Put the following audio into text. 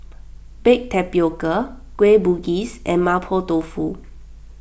Baked Tapioca Kueh Bugis and Mapo Tofu